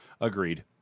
Agreed